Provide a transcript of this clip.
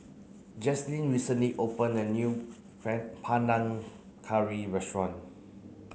Jaslyn recently opened a new Panang Curry restaurant